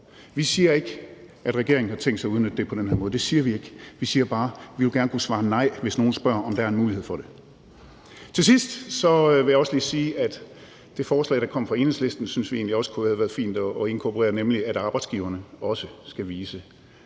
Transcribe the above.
Vi siger ikke, at regeringen har tænkt sig at udnytte det på den her måde. Det siger vi ikke. Vi siger bare, at vi gerne vil kunne svare nej, hvis nogen spørger, om der er en mulighed for det. Til sidst vil jeg også lige sige, at det forslag, der kom fra Enhedslisten, synes vi egentlig også kunne have været fint at inkorporere, nemlig at arbejdsgiverne også skal vise